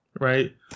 right